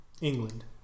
England